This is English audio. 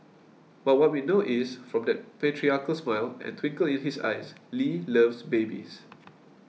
but what we know is from that patriarchal smile and twinkle in his eyes Lee loves babies